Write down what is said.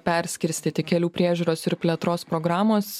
perskirstyti kelių priežiūros ir plėtros programos